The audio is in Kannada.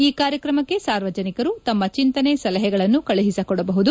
ಈ ಕಾರ್ಯಕ್ರಮಕ್ಕೆ ಸಾರ್ವಜನಿಕರು ತಮ್ಮ ಚಿಂತನೆ ಸಲಹೆಗಳನ್ನು ಕಳುಹಿಸಿಕೊಡಬಹುದು